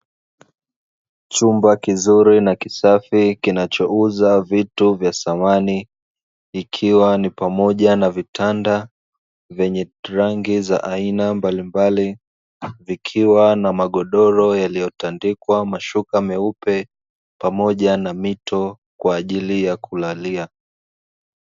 Chumba kizuri na kisafi kinachouza vitu vya samani, ikiwa ni pamoja na vitanda vyenye rangi za aina mbalimbali, vikiwa na magodoro yaliyotandikwa mashuka meupe pamoja na mito kwa ajili ya kulalia.